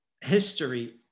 history